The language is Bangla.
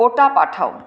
ওটা পাঠাও